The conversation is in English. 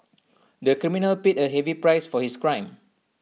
the criminal paid A heavy price for his crime